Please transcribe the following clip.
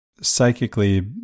psychically